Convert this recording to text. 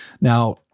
Now